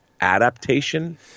adaptation